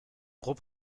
gros